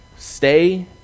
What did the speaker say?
Stay